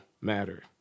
matter